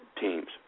teams